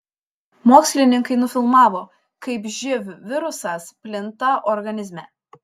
mokslininkai nufilmavo kaip živ virusas plinta organizme